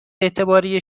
اعتباری